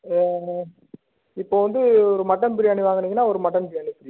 ஆ இப்போது வந்து ஒரு மட்டன் பிரியாணி வாங்கினீங்கன்னா ஒரு மட்டன் பிரியாணி ஃப்ரீ